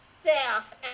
staff